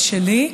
ושלי.